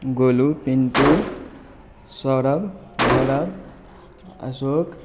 Golu Pintu Saurav Gaurav Ashok